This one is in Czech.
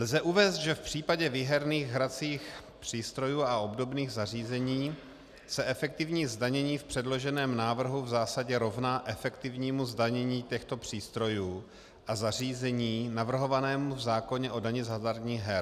Lze uvést, že v případě výherních hracích přístrojů a obdobných zařízení se efektivní zdanění v předloženém návrhu v zásadě rovná efektivnímu zdanění těchto přístrojů a zařízení navrhovanému v zákoně o dani z hazardních her.